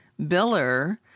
biller